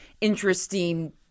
interesting